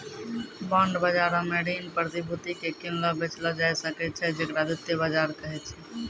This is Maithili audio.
बांड बजारो मे ऋण प्रतिभूति के किनलो बेचलो जाय सकै छै जेकरा द्वितीय बजार कहै छै